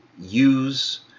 use